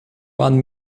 one